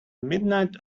midnight